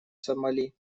сомали